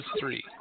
three